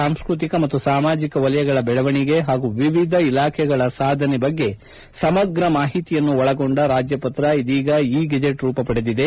ಸಾಂಸ್ಕೃತಿಕ ಮತ್ತು ಸಾಮಾಜಿಕ ಕ್ಷೇತ್ರಗಳ ಬೆಳವಣಿಗೆ ಹಾಗು ವಿವಿಧ ಇಲಾಖೆಗಳ ಸಾಧನೆ ಬಗ್ಗೆ ಸಮಗ್ರ ಮಾಹಿತಿಯನ್ನು ಒಳಗೊಂಡ ರಾಜ್ಯಪತ್ರ ಇದೀಗ ಇ ಗೆಜೆಟ್ ರೂಪ ಪಡೆದಿದೆ